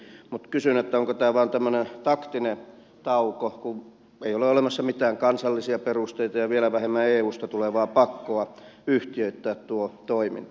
mutta kysyn onko tämä vain tämmöinen taktinen tauko kun ei ole olemassa mitään kansallisia perusteita ja vielä vähemmän eusta tulevaa pakkoa yhtiöittää tuo toiminta